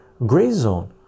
Grayzone